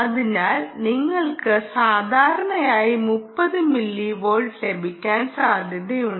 അതിനാൽ നിങ്ങൾക്ക് സാധാരണയായി 30 മില്ലിവോൾട്ട് ലഭിക്കാൻ സാധ്യതയുണ്ട്